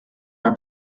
are